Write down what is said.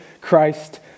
Christ